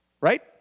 Right